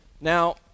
Now